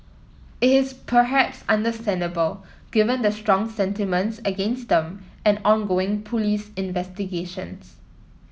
it is perhaps understandable given the strong sentiments against them and ongoing police investigations